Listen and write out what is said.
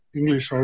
English